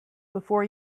before